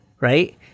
right